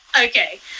okay